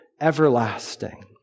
everlasting